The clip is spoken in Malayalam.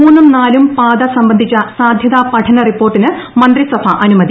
മൂന്നും നാലും പാത സംബന്ധിച്ചു സ്ാധ്യതാ പഠന റിപ്പോർട്ടിന് മന്ത്രിസഭാ അനുമതി